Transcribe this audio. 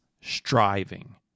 striving